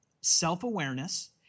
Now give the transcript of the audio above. self-awareness